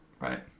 right